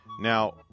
Now